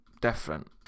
different